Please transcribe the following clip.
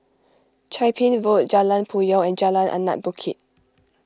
Chia Ping Road Jalan Puyoh and Jalan Anak Bukit